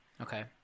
Okay